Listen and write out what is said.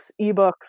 ebooks